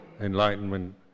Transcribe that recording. enlightenment